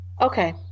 Okay